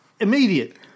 immediate